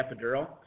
epidural